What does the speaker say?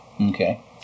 Okay